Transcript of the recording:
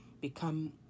become